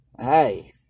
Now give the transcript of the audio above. hey